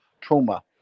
Trauma